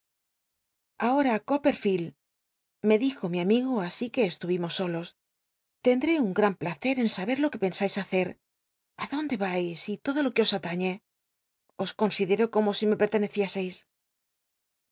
ahora coppcrlleld me dijo mi aln igo así que estuvimos solos tendré un gran placer en saber l que pensais hacer á donde vais y todo lo que os atañe os considéro como si me pertenecieseis